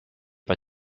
pas